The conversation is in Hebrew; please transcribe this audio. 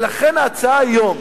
ולכן ההצעה היום,